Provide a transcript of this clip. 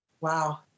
Wow